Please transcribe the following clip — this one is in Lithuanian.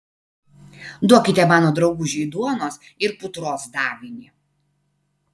duokite mano draugužiui duonos ir putros davinį